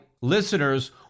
listeners